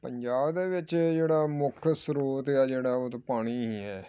ਪੰਜਾਬ ਦੇ ਵਿੱਚ ਜਿਹੜਾ ਮੁੱਖ ਸਰੋਤ ਆ ਜਿਹੜਾ ਉਹ ਤਾਂ ਪਾਣੀ ਹੀ ਹੈ